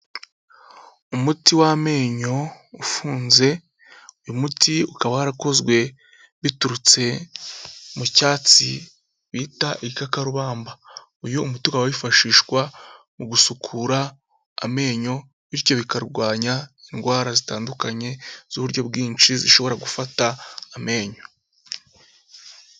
Umuti w'amenyo ufunze, uyu muti ukaba warakozwe biturutse mu cyatsi bita igikakarubamba. Uyu muti ukaba wifashishwa mu gusukura amenyo, bityo bikarwanya indwara zitandukanye z'uburyo bwinshi zishobora gufata amenyo.